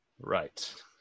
right